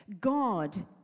God